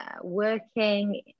Working